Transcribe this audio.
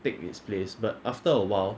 take its place but after awhile